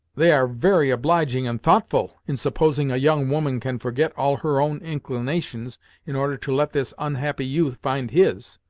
they are very obliging and thoughtful, in supposing a young woman can forget all her own inclinations in order to let this unhappy youth find his!